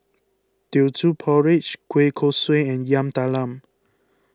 Teochew Porridge Kueh Kosui and Yam Talam